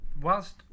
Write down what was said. Whilst